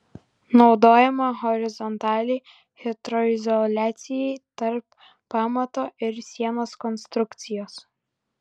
naudojama horizontaliai hidroizoliacijai tarp pamato ir sienos konstrukcijos